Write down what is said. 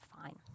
Fine